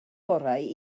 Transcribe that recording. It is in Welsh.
orau